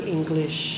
English